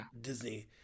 Disney